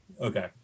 Okay